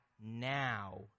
now